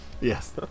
Yes